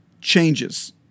changes